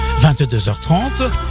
22h30